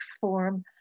form